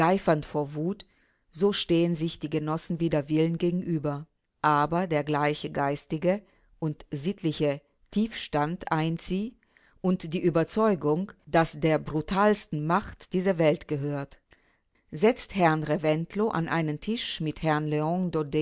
vor wut so stehen sich die genossen wider willen gegenüber aber der gleiche geistige und sittliche tiefstand eint sie und die überzeugung daß der brutalsten macht diese welt gehört setzt herrn ernst reventlow an einen tisch mit herrn